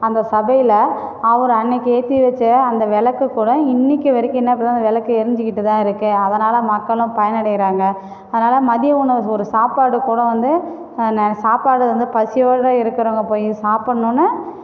அந்த சபையில் அவர் அன்றைக்கு ஏற்றி வச்ச அந்த விளக்கு கூடம் இன்றைக்கி வரைக்கும் என்ன பண்ணுதுனா அந்த விளக்கு எரிஞ்சுக்கிட்டு தான் இருக்குது அதனால் மக்களும் பயனைடைகிறாங்க அதனால் மதிய உணவு ஒரு சாப்பாடு கூடம் வந்து அந்த சாப்பாடு வந்து பசியோடய இருக்கிறவங்க போய் சாப்பிட்னுன்னு